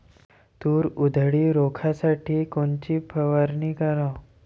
तूर उधळी रोखासाठी कोनची फवारनी कराव?